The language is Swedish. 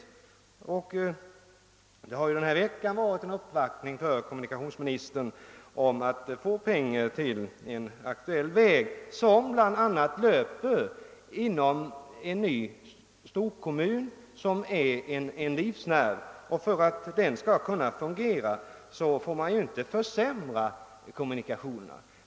En uppvaktning har denna vecka gjorts hos kommunikationsministern för att få anslag till en aktuell väg som bl.a. löper igenom en ny storkommun som är av livsviktig betydelse för bygden; om den skall fungera får man inte försämra kommunikationerna.